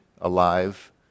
alive